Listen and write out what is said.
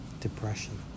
depression